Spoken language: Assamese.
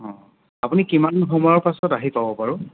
অঁ আপুনি কিমান সময়ৰ পাছত আহি পাব বাৰু